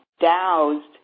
doused